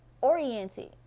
oriented